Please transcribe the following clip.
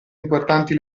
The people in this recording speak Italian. importanti